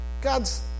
God's